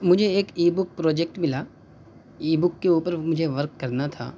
مجھے ایک ebook project مِلا ای بک کے اوپر مجھے ورک کرنا تھا